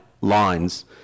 lines